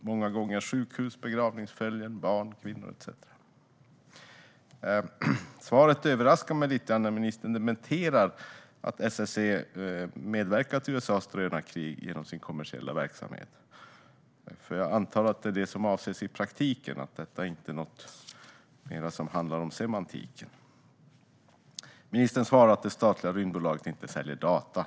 Det är många gånger sjukhus, begravningsföljen, barn, kvinnor etcetera. Svaret, att ministern dementerar att SSC medverkar till USA:s drönarkrig genom sin kommersiella verksamhet, överraskar mig. Jag antar nämligen att det är det som avses i praktiken och att det inte endast handlar om semantiken. Ministern svarar att det statliga rymdbolaget inte säljer data.